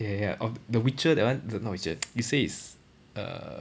ya ya uh the witcher that one the not witcher you say is err